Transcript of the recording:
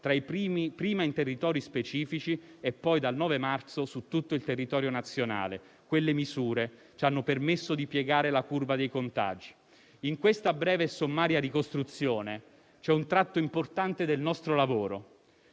prima in territori specifici, e poi, dal 9 marzo, su tutto il territorio nazionale. Quelle misure ci hanno permesso di piegare la curva dei contagi. In questa breve e sommaria ricostruzione c'è un tratto importante del nostro lavoro.